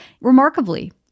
Remarkably